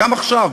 גם עכשיו,